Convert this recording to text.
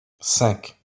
cinq